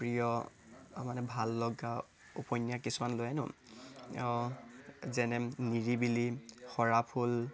প্ৰিয় মানে ভাল লগা উপন্যাস কিছুমান লৈ আনো যেনে নিৰিবিলি সৰা ফুল